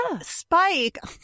Spike